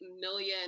million